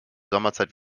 sommerzeit